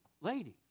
Ladies